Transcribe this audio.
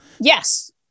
Yes